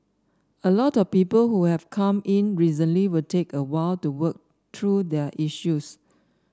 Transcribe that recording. a lot of people who have come in recently will take a while to work through their issues